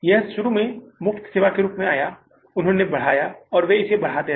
यह शुरू में मुफ्त के रूप में आया था उन्होंने बढ़ाया वे इसे बढ़ाते रहे